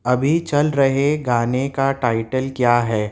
ابھی چل رہے گانے کا ٹائٹل کیا ہے